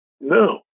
No